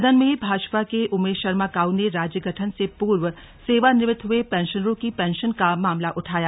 सदन में भाजपा के उमेश शर्मा काऊ ने राज्य गठन से पूर्व सेवानिवृत्त हुए पेंशनरों की पेंशन का मामला उठाया